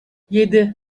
yedi